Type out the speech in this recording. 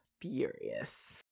furious